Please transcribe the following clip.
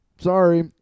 Sorry